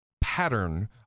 pattern